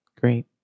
Great